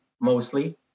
mostly